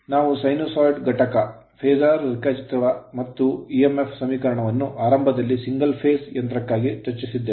ನಾವು sinusoid sinusoid ಘಟಕ phasor phasor ರೇಖಾಚಿತ್ರ ಮತ್ತು emf ಸಮೀಕರಣವನ್ನು ಆರಂಭದಲ್ಲಿ single phase ಏಕ ಫೇಸ್ ಯಂತ್ರಕ್ಕಾಗಿ ಚರ್ಚಿಸಿದ್ದೇವೆ